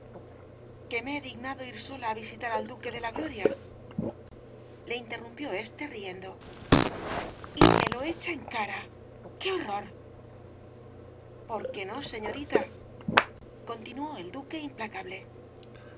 que me he dignado ir sola á visitar al duque de la gloria le interrumpió éste riendo y me lo echa en cara qué horror por qué no señorita continuó el duque implacable